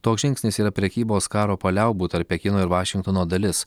toks žingsnis yra prekybos karo paliaubų tarp pekino ir vašingtono dalis